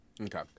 Okay